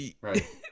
Right